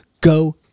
Go